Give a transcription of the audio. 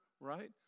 Right